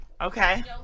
Okay